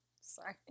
sorry